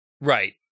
right